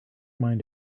mind